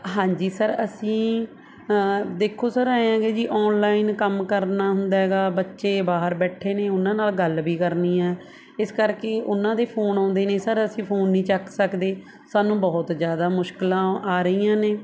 ਹਾਂਜੀ ਸਰ ਅਸੀਂ ਦੇਖੋ ਸਰ ਐਂ ਹੈਗੇ ਜੀ ਆਨਲਾਈਨ ਕੰਮ ਕਰਨਾ ਹੁੰਦਾ ਹੈਗਾ ਬੱਚੇ ਬਾਹਰ ਬੈਠੇ ਨੇ ਉਹਨਾਂ ਨਾਲ ਗੱਲ ਵੀ ਕਰਨੀ ਹੈ ਇਸ ਕਰਕੇ ਉਹਨਾਂ ਦੇ ਫੋਨ ਆਉਂਦੇ ਨੇ ਸਰ ਅਸੀਂ ਫੋਨ ਨਹੀਂ ਚੱਕ ਸਕਦੇ ਸਾਨੂੰ ਬਹੁਤ ਜ਼ਿਆਦਾ ਮੁਸ਼ਕਲਾਂ ਆ ਰਹੀਆਂ ਨੇ